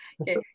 Okay